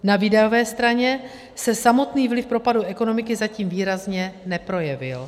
Na výdajové straně se samotný vliv propadu ekonomiky zatím výrazně neprojevil.